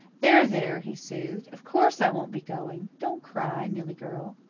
there, there, he soothed. of course i won't be going. don't cry, nillie-girl.